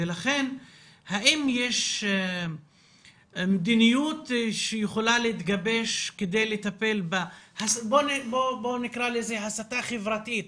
לכן האם יש מדיניות שיכולה להתגבש כדי לטפל במה שנקרא לזה הסתה חברתית,